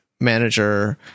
manager